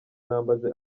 nambaje